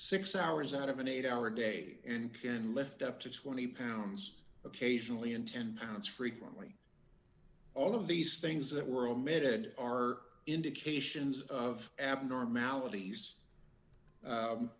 six hours out of an eight hour day and can lift up to twenty pounds occasionally and ten pounds frequently all of these things that were all mid are indications of abnormalities